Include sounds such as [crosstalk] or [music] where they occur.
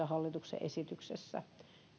[unintelligible] hallituksen esityksessä